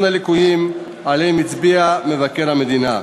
הליקויים שעליהם הצביע מבקר המדינה.